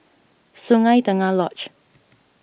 Sungei Tengah Lodge